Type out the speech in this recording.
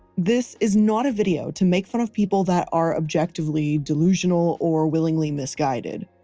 this is not a video to make fun of people that are objectively delusional or willingly misguided.